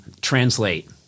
translate